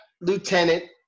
lieutenant